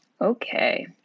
Okay